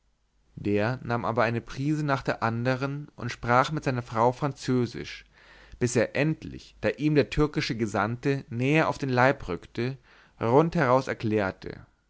der nahm aber eine prise nach der andern und sprach mit seiner frau französisch bis er endlich da ihm der türkische gesandte näher auf den leib rückte rund heraus erklärte